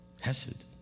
Hesed